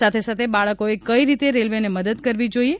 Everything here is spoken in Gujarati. સાથે સાથે બાળકોએ કઇ રીતે રેલવેને મદદ કરવી જોઇએ